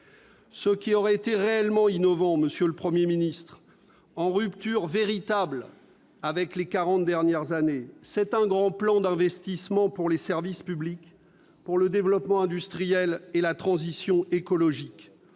Ce qui aurait été réellement innovant, en rupture véritable avec les quarante dernières années, c'est un grand plan d'investissement pour les services publics, pour le développement industriel et pour la transition écologique.